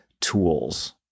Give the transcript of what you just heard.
tools